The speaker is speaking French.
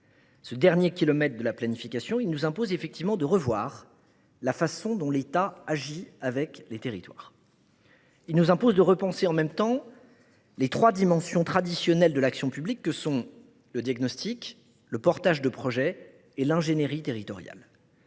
Ce dernier kilomètre de la planification nous impose de revoir la manière dont l’État agit avec les territoires. Il nous impose de repenser en même temps les trois dimensions traditionnelles de l’action publique que sont le diagnostic, le portage de projet et l’ingénierie territoriale.